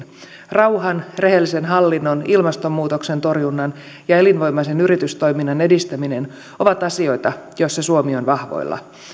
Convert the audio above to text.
rauhan rehellisen hallinnon ilmastonmuutoksen torjunnan ja elinvoimaisen yritystoiminnan edistäminen ovat asioita joissa suomi on vahvoilla